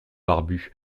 barbu